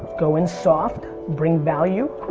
go in soft, bring value.